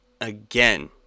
again